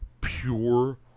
pure